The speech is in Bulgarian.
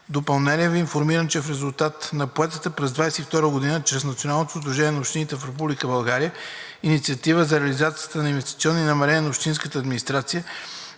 допълнение Ви информирам, че в резултат на поетата през 2022 г. чрез Националното сдружение на общините в Република България инициатива за реализацията на инвестиционни намерения на общинските администрации